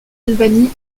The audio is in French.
albanie